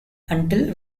until